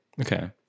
Okay